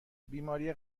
بیماری